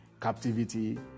captivity